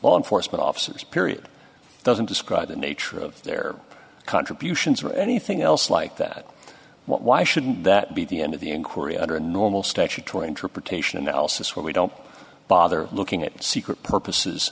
law enforcement officers period doesn't describe the nature of their contributions or anything else like that why shouldn't that be the end of the n korea under a normal statutory interpretation and else where we don't bother looking at secret purposes